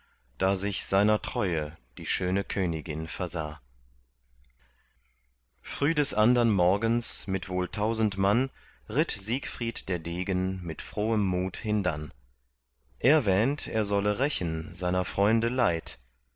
da sich seiner treue die schöne königin versah früh des andern morgens mit wohl tausend mann ritt siegfried der degen mit frohem mut hindann er wähnt er solle rächen seiner freunde leid